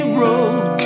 road